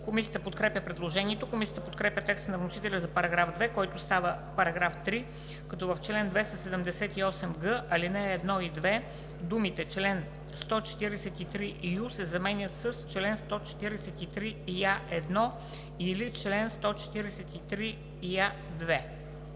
Комисията подкрепя предложението. Комисията подкрепя текста на вносителя за § 2, който става § 3, като в чл. 278г, ал. 1 и 2 думите „чл. 143ю“ се заменят с „чл. 143я1 или чл. 143я2“.